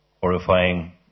horrifying